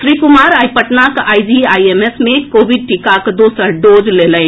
श्री कुमार आई पटनाक आईजीआईएमएस मे कोविड टीकाक दोसर डोज लेलनि